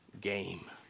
game